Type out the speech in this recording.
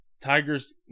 Tiger's